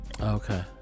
okay